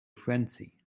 frenzy